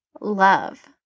love